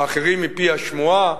ואחרים מפי השמועה,